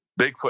Bigfoot